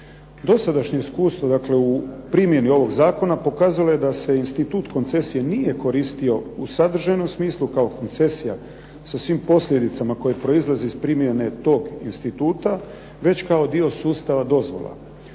Dosadašnje iskustvo, dakle u primjeni ovog zakona pokazalo je da se institut koncesije nije koristio u sadržajnom smislu kao koncesija sa svim posljedicama koje proizlaze iz primjene tog instituta već kao dio sustava dozvola.